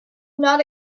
not